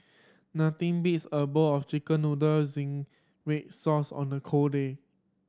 nothing beats a bowl of Chicken Noodle zingy red sauce on a cold day